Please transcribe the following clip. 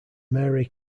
mary